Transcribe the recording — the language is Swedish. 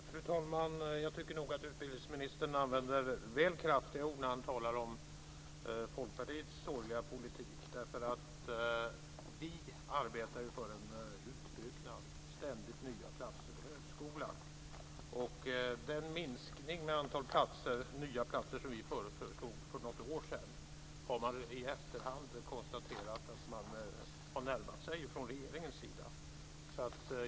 Fru talman! Jag tycker nog att utbildningsministern använder väl kraftiga ord när han talar om Folkpartiets sorgliga politik. Vi arbetar ju för en utbyggnad, för ständigt nya platser till högskolan. Den minskning av antalet nya platser som vi föreslog för något år sedan har man i efterhand konstaterat att regeringen har närmat sig.